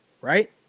right